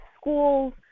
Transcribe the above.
schools